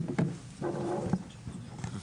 בבקשה.